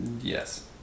Yes